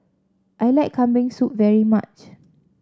I like Kambing Soup very much